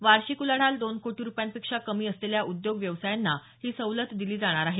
वार्षिक उलाढाल दोन कोटी रुपयांपेक्षा कमी असलेल्या उद्योग व्यवसायांना ही सवलत दिली जाणार आहे